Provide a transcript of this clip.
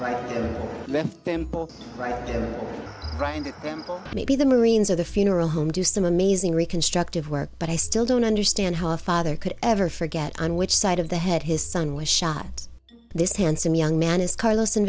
get them maybe the marines or the funeral home do some amazing reconstructive work but i still don't understand how a father could ever forget on which side of the head his son was shot this handsome young man is carlos and